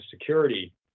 security